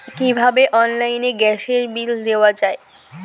কিভাবে অনলাইনে গ্যাসের বিল দেওয়া যায়?